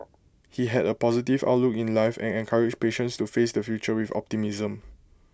he had A positive outlook in life and encouraged patients to face the future with optimism